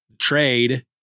trade